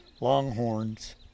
longhorns